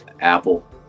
Apple